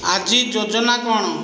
ଆଜି ଯୋଜନା କଣ